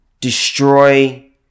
destroy